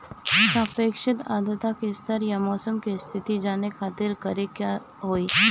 सापेक्षिक आद्रता के स्तर या मौसम के स्थिति जाने खातिर करे के होई?